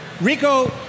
Rico